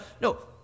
no